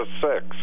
six